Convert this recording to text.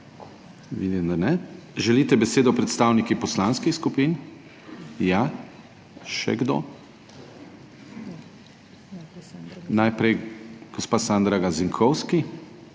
Vidim, da ne. Želite besedo predstavniki poslanskih skupin? Ja. Še kdo? Najprej gospa Sandra Gazinkovski.